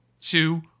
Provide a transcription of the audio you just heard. two